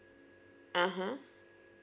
(uh huh)